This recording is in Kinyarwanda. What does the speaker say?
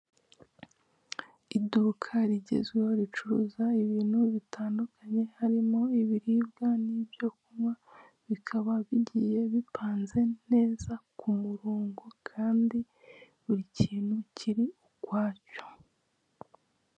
Iduka rigezweho ricuruza ibintu bitandukanye harimo ibiribwa n'ibyo kunywa, bikaba bigiye bipanze neza ku murongo kandi buri kintu kiri ukwacyo.